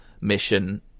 mission